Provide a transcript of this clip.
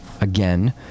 again